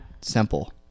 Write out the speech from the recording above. simple